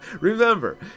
Remember